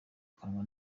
kanwa